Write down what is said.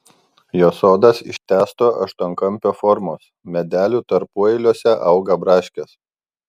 jo sodas ištęsto aštuonkampio formos medelių tarpueiliuose auga braškės